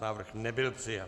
Návrh nebyl přijat.